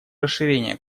расширение